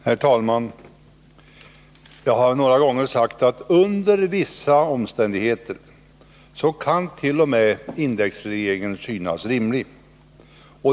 Herr talman! Jag har några gånger sagt attt.o.m. indexregleringen under vissa omständigheter kan synas rimlig.